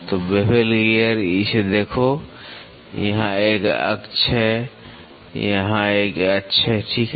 तो bevel gear इसे देखो तो यहाँ एक अक्ष है यहाँ एक अक्ष है ठीक है